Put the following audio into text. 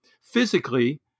physically